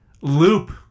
loop